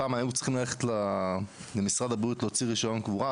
פעם היו צריכים ללכת למשרד הבריאות להוציא רישיון קבורה,